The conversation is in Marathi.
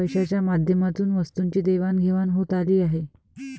पैशाच्या माध्यमातून वस्तूंची देवाणघेवाण होत आली आहे